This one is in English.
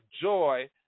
joy